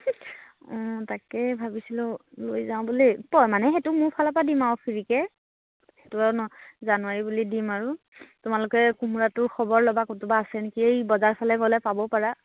অঁ তাকে ভাবিছিলোঁ লৈ যাওঁ বুলি বনালে সেইটো মােৰ ফালৰ পৰা দিম আৰু ফিৰিকে সেইটো আৰু ন জানুৱাৰী বুলি দিম আৰু তোমালোকে কোমোৰাটোৰ খবৰ ল'বা ক'তবা আছে নেকি এই বজাৰ ফালে গ'লে পাব পাৰা